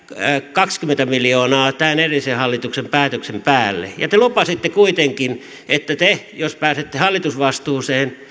kaksikymmentä miljoonaa tämän edellisen hallituksen päätöksen päälle te lupasitte kuitenkin että jos pääsette hallitusvastuuseen